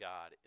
God